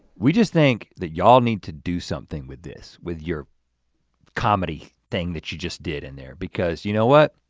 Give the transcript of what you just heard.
we just think that y'all need to do something with this with your comedy thing that you just did in there. because you know what?